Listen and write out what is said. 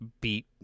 beat